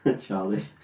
Charlie